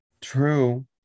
True